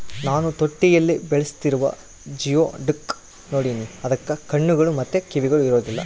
ನಾನು ತೊಟ್ಟಿಯಲ್ಲಿ ಬೆಳೆಸ್ತಿರುವ ಜಿಯೋಡುಕ್ ನೋಡಿನಿ, ಅದಕ್ಕ ಕಣ್ಣುಗಳು ಮತ್ತೆ ಕಿವಿಗಳು ಇರೊದಿಲ್ಲ